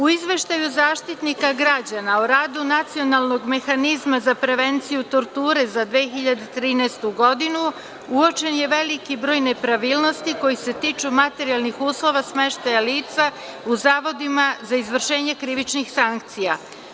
U izveštaju Zaštitnika građana o radu Nacionalnog mehanizma za prevenciju torture za 2013. godinu uočen je veliki broj nepravilnosti koji se tiču materijalnih uslova, smeštaja lica u zavodima za izvršenje krivičnih sankcija.